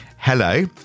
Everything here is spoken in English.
Hello